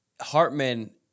Hartman